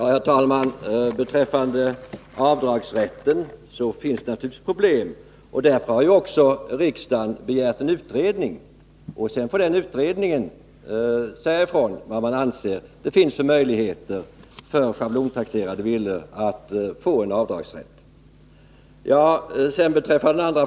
Herr talman! Beträffande avdragsrätten finns naturligtvis problem. Därför har ju också riksdagen begärt en utredning. Den utredningen får nu redovisa vilka möjligheter man anser finns att medge avdragsrätt för schablontaxerade villor.